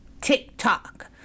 TikTok